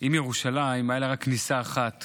אם לירושלים הייתה רק כניסה אחת